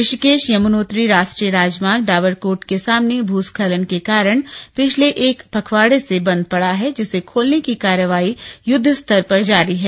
ऋषिकेश यमुनोत्री राष्ट्रीय राजमार्ग डाबरकोट के सामने भूस्खलन के कारण पिछले एक पखवाड़े से बंद पड़ा है जिसे खोलने की कार्यवाही युद्धस्तर पर जारी है